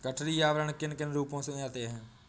गठरी आवरण किन किन रूपों में आते हैं?